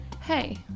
Hey